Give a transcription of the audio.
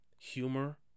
humor